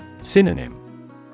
Synonym